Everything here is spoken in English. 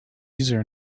user